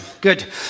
Good